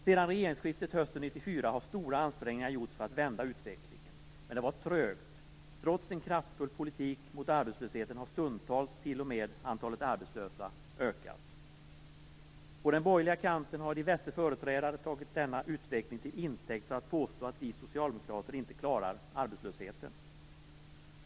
Sedan regeringsskiftet hösten 1994 har stora ansträngningar gjorts för att vända utvecklingen. Men det har varit trögt. Trots en kraftfull politik mot arbetslösheten har stundtals t.o.m. antalet arbetslösa ökat. På den borgerliga kanten har diverse företrädare tagit denna utveckling till intäkt för att påstå att vi socialdemokrater inte klarar arbetslösheten.